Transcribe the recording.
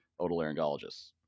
otolaryngologists